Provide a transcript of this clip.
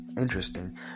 interesting